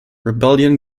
rebellion